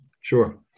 Sure